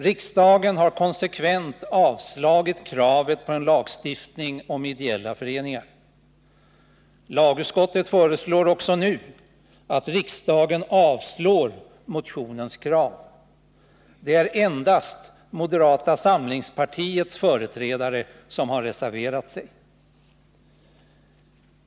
Riksdagen har konsekvent avslagit kravet på en lagstiftning om ideella föreningar. Lagutskottet föreslår också nu att riksdagen avslår motionens krav. Det är endast moderata samlingspartiets företrädare som har reserverat sig.